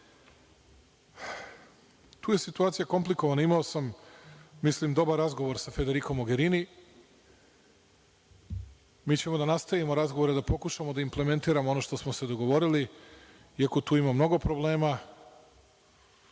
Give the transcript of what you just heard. tu je situacija komplikovana. Imao sam dobar razgovor sa Federikom Mogerini. Mi ćemo da nastavimo razgovore, da pokušamo da implementiramo ono što smo se dogovorili, iako ima mnogo problema.